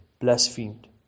blasphemed